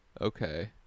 Okay